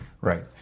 Right